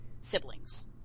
siblings